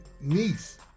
niece